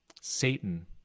Satan